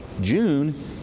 June